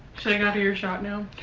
should i get out of your shot now?